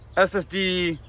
ssd,